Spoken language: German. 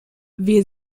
wir